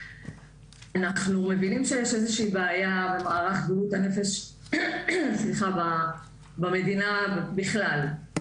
אנחנו מבינים שיש איזושהי בעיה במערך בריאות הנפש במדינה בכלל.